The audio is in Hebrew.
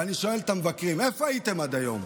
ואני שואל את המבקרים: איפה הייתם עד היום?